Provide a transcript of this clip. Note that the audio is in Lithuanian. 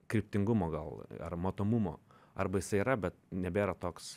kryptingumo gal ar matomumo arba jisai yra bet nebėra toks